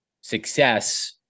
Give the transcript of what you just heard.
success